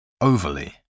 Overly